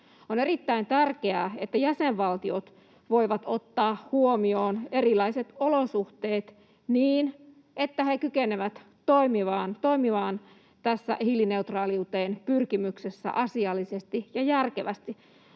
On erittäin tärkeää, että jäsenvaltiot voivat ottaa huomioon erilaiset olosuhteet niin, että he kykenevät toimimaan asiallisesti ja järkevästi